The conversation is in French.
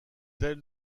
tel